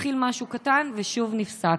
התחיל משהו קטן ושוב נפסק.